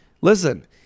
listen